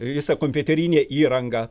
visa kompiuterinė įranga